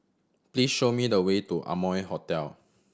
please show me the way to Amoy Hotel